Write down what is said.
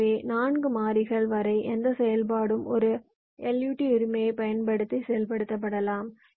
எனவே 4 மாறிகள் வரை எந்த செயல்பாடும் ஒரு LUT உரிமையைப் பயன்படுத்தி செயல்படுத்தப்படலாம்